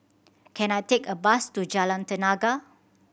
can I take a bus to Jalan Tenaga